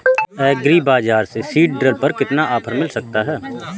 Agree बाजार से seed drill पर कितना ऑफर मिल सकता है?